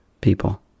people